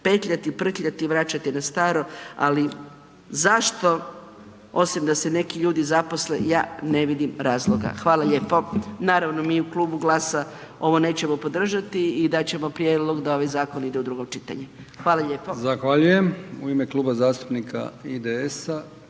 petljati, prtljati i vraćati na staro, ali zašto, osim da se neki ljudi zaposle ja ne vidim razloga. Hvala lijepo. Naravno mi u klubu GLAS-a ovo nećemo podržati i dat ćemo prijedlog da ovaj zakon ide u drugo čitanje. Hvala lijepo. **Brkić, Milijan (HDZ)** Zahvaljujem. U ime Kluba zastupnika IDS-a,